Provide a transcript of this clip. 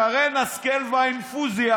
שרן השכל והאינפוזיה,